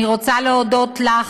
אני רוצה להודות לך,